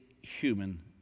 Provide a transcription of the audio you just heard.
human